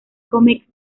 comics